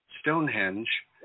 Stonehenge